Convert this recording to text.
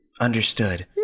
Understood